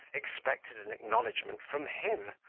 expected an acknowledgment from him,